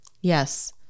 Yes